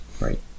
Right